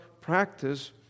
practice